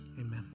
Amen